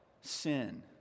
sin